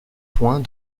point